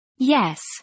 Yes